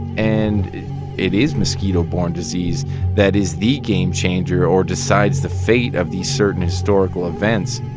and it is mosquito-borne disease that is the game changer or decides the fate of these certain historical events,